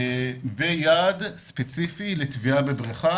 יעד ספציפי לטביעה בבריכה.